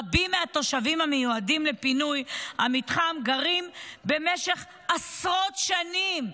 רבים מהתושבים המיועדים לפינוי המתחם גרים בו במשך עשרות שנים.